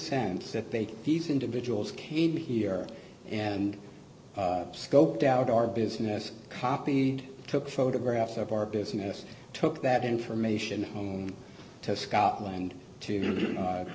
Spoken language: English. sense that they these individuals came here and scoped out our business copy and took photographs of our business took that information home to scotland to